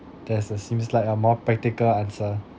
that's a seems like a more practical answer